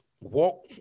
Walk